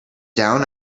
down